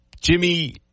Jimmy